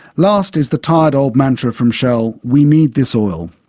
last is the tired old mantra from shell, we need this oil.